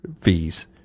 fees